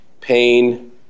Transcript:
pain